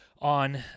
on